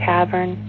Cavern